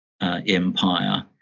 empire